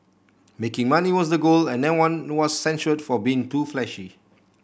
making money was the goal and no one was censured for being too flashy